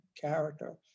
character